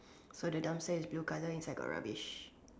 so the dumpster is blue colour inside got rubbish